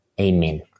Amen